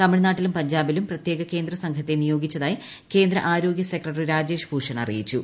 തമിഴ്ന്റാട്ടിലും പഞ്ചാബിലും പ്രത്യേക കേന്ദ്ര സംഘത്തെ നിയ്യോഗിച്ചതായി കേന്ദ്ര ആരോഗ്യ സെക്രട്ടറി രാജേഷ് ഭൂഷൺ അറിയിച്ചു